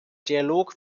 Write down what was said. dialog